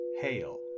Hail